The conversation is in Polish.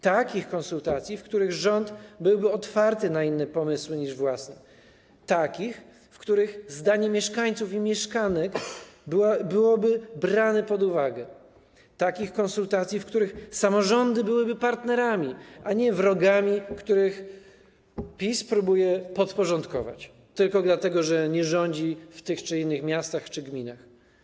Takich konsultacji, w których rząd byłby otwarty na inne niż własne pomysły, takich, w których zdanie mieszkańców i mieszkanek byłoby brane pod uwagę, takich konsultacji, w których samorządy byłyby partnerami, a nie wrogami, których PiS próbuje podporządkować, tylko dlatego że nie rządzi w tych czy innych miastach czy gminach.